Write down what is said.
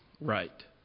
Right